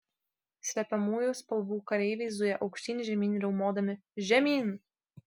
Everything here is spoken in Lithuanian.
slepiamųjų spalvų kareiviai zuja aukštyn žemyn riaumodami žemyn